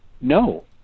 No